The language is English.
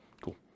Cool